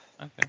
Okay